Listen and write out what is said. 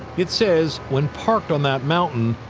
it says when parked on that mountain,